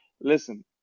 listen